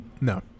No